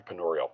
entrepreneurial